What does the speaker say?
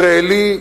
ישראלי,